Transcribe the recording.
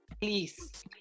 please